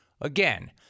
Again